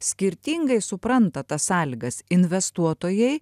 skirtingai supranta tas sąlygas investuotojai